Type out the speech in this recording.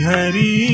Hari